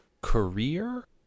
career